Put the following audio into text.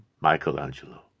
Michelangelo